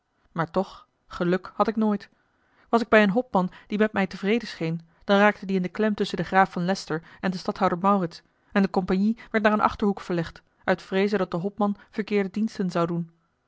maar toch geluk had ik nooit was ik bij een hopman die met mij tevreden scheen dan raakte die in de klem tusschen den graaf van leycester en den stadhouder maurits en de compagnie werd naar een achterhoek verlegd uit vreeze dat de hopman verkeerde diensten zou doen